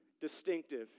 distinctive